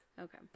okay